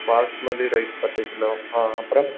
basmati rice பத்து kilo ஆ அப்புறம்